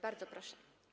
Bardzo proszę.